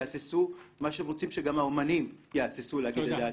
יהססו מה שהם רוצים זה שגם האמנים יהססו להגיד את דעתם.